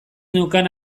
neukan